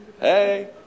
Hey